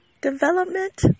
development